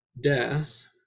death